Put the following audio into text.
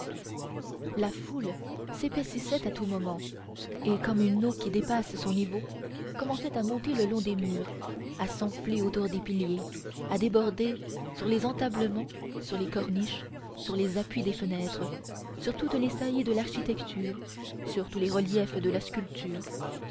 la foule s'épaississait à tout moment et comme une eau qui dépasse son niveau commençait à monter le long des murs à s'enfler autour des piliers à déborder sur les entablements sur les corniches sur les appuis des fenêtres sur toutes les saillies de l'architecture sur tous les reliefs de la sculpture